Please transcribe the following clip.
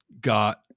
got